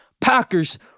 Packers